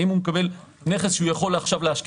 האם הוא מקבל נכס שהוא יכול להשקיע